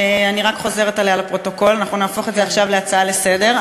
אני רק חוזרת עליה לפרוטוקול: אנחנו נהפוך את זה עכשיו להצעה לסדר,